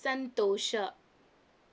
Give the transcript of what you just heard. ಸಂತೋಷ